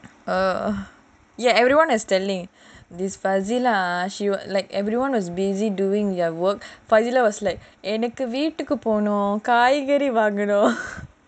ya everyone is telling this fauzi lah she was like everyone is busy doing their work fauzila was like எனக்கு வீட்டுக்கு போனும் காய்கறி வாங்கனும்:enaku veetuku poganum kaaikari vaanganum